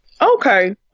Okay